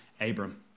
Abram